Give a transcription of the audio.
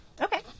Okay